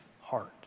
heart